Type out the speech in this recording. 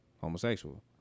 homosexual